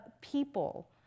people